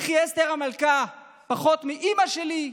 וכי אסתר המלכה פחות מאימא שלי?